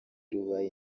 rubaye